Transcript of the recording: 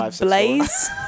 Blaze